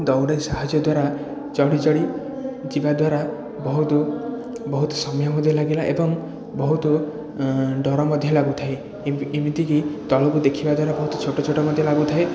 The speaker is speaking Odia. ଦଉଡ଼ି ସାହାଯ୍ୟ ଦ୍ୱାରା ଚଢ଼ିଚଢ଼ି ଯିବା ଦ୍ୱାରା ବହୁତ ବହୁତ ସମୟ ମଧ୍ୟ ଲାଗିଲା ଏବଂ ବହୁତ ଡର ମଧ୍ୟ ଲାଗୁଥାଏ ଏମିତି କି ତଳକୁ ଦେଖିବା ଦ୍ୱାରା ମୋତେ ଛୋଟ ଛୋଟ ମଧ୍ୟ ଲାଗୁଥାଏ